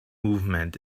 movement